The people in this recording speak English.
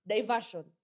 Diversion